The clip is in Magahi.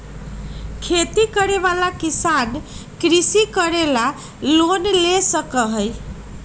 खेती करे वाला किसान कृषि करे ला लोन ले सका हई